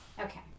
Okay